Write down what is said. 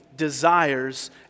desires